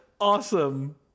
awesome